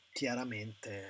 chiaramente